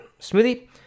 smoothie